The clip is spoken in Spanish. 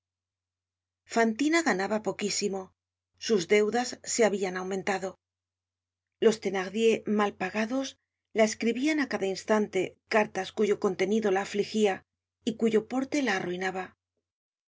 la acosaban fantina ganaba poquísimo sus deudas se habian aumentado los thenardier mal pagados la escribian á cada instante cartas cuyo contenido la afligia y cuyo porte la arruinaba